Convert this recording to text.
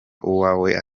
uwawe